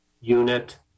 unit